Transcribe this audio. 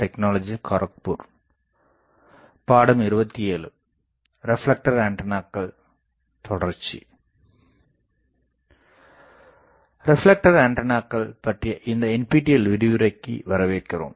reflector ஆண்டெனாக்கள் பற்றிய இந்த NPTEL விரிவுரைக்கு வரவேற்கிறோம்